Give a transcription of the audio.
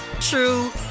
true